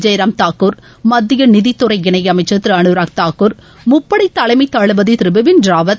ஜெயராம் தாக்கூர் மத்திய நிதி துறை இணையமைச்சர் திரு அனுராக் தாக்கூர் முப்படை தலைமை தளபதி திரு பிபின் ராவத்